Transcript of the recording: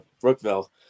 Brookville